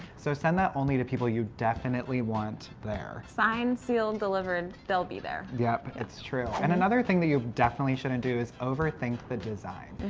so, send that only to people you definitely want there. signed, sealed, delivered, they'll be there. yep. it's true. and another thing that you definitely shouldn't do is overthink the design.